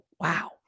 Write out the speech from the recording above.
wow